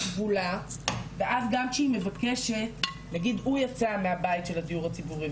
כבולה ואז גם כשהיא מבקשת - נגיד הוא יצא מהבית של הדיור הציבורי,